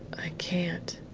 i can't,